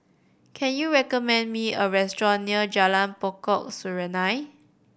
can you recommend me a restaurant near Jalan Pokok Serunai